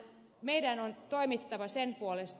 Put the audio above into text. meidän on toimittava sen puolesta